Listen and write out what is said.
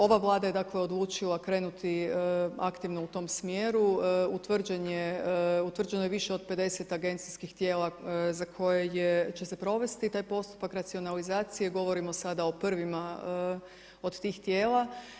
Ova vlada je dakle, odlučila krenuti aktivnost u tom smjeru, utvrđeno je više od 50 agencijskih tijela za koje će se provesti taj postupak racionalizacije, govorimo sada o prvima od tih tijela.